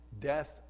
death